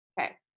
okay